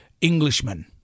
Englishman